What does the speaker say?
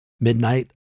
midnight